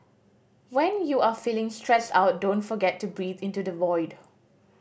when you are feeling stressed out don't forget to breathe into the void